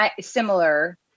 similar